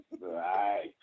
Right